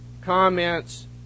comments